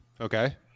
okay